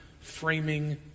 framing